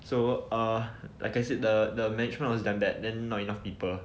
so err like I said the the management was damn bad then not enough people